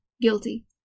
Guilty